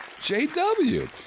JW